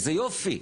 איזה יופי.